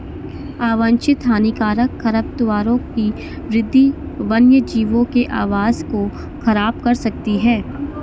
अवांछित हानिकारक खरपतवारों की वृद्धि वन्यजीवों के आवास को ख़राब कर सकती है